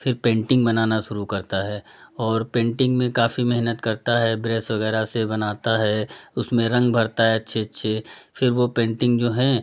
फिर पेन्टिंग बनाना शुरू करता है और पेन्टिंग में काफ़ी मेहनत करता है ब्रश वगैरह से बनाता है उसमें रंग भरता है अच्छे अच्छे फिर वो पेन्टिंग जो हैं